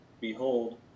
Behold